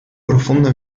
profundo